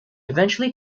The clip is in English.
eventually